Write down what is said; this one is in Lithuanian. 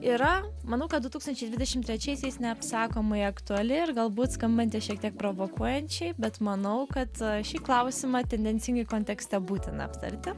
yra manau kad du tūkstančiai dvidešim trečiaisiais neapsakomai aktuali ir galbūt skambanti šiek tiek provokuojančiai bet manau kad šį klausimą tendencingai kontekste būtina aptarti